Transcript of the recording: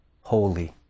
holy